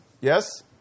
yes